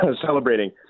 celebrating